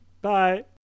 Bye